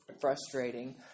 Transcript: frustrating